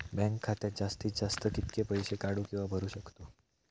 Bank खात्यात जास्तीत जास्त कितके पैसे काढू किव्हा भरू शकतो?